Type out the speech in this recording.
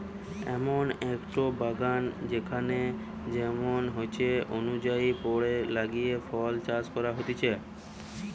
এমন একটো বাগান যেখানেতে যেমন ইচ্ছে অনুযায়ী পেড় লাগিয়ে ফল চাষ করা হতিছে